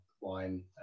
wine